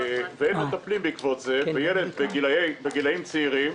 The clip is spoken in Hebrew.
וילד בגילאים צעירים,